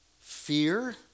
fear